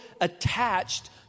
attached